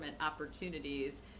opportunities